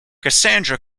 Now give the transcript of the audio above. cassandra